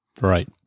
right